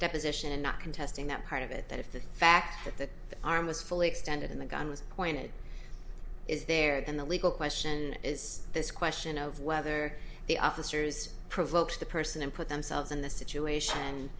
deposition and not contesting that part of it that if the fact that the arm was fully extended and the gun was pointed is there then the legal question is this question of whether the officers provoked the person and put themselves in this situation